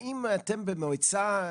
האם אתם במועצה,